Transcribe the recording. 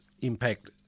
impact